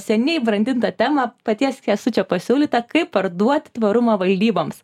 seniai brandintą temą paties kęstučio pasiūlytą kaip parduoti tvarumą valdyboms